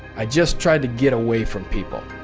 i just tried to get away from people.